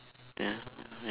ya ya